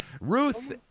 Ruth